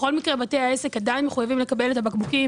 בכל מקרה בתי העסק עדיין מחויבים לקבל את הבקבוקים,